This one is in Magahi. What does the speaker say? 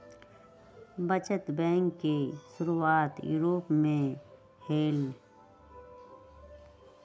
बचत बैंक के शुरुआत यूरोप में होलय